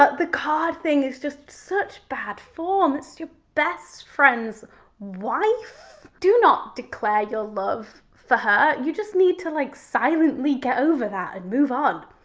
ah the card thing is just such bad form. it's your best friend's wife, do not declare your love for her. you just need to like silently get over that and move on.